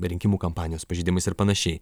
rinkimų kampanijos pažeidimais ir panašiai